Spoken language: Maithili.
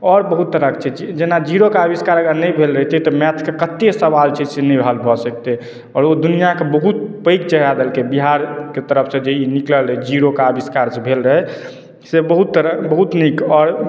आओर बहुत तरहके छै जेना जीरोके आविष्कार अगर नहि भेल रहितै तऽ मैथके कतेक सवाल छै जे नहि हल भऽ सकितै आओर ओ दुनिआँके बहुत पैघ चेहरा देलकै बिहारके तरफसँ जे ई निकलल रहै जीरोके आविष्कार जे भेल रहै से बहुत तरह बहुत नीक आओर